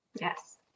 Yes